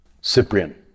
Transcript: Cyprian